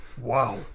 Wow